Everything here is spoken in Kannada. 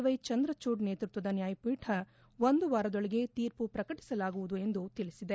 ವೈ ಚಂದ್ರಚೂಡ್ ನೇತೃತ್ವದ ನ್ವಾಯಪೀಠ ಒಂದು ವಾರದೊಳಗೆ ತೀರ್ಮ ಪ್ರಕಟಿಸಲಾಗುವುದು ಎಂದು ತಿಳಿಸಿದೆ